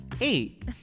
eight